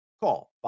Call